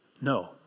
No